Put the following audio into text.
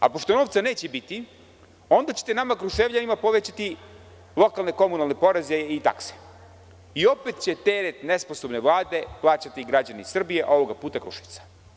A pošto novca neće biti, onda ćete nama Kruševljanima povećati lokalne komunalne poreze i takse i opet će teret nesposobne Vlade plaćati građani Srbije, ovog puta Kruševca.